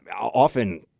often